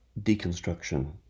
deconstruction